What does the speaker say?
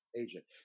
agent